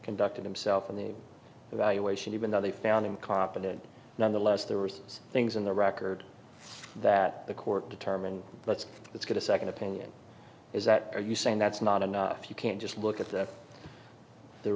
conducted himself in the evaluation even though they found him copied it nonetheless there was things in the record that the court determined let's let's get a second opinion is that are you saying that's not enough you can't just look at the the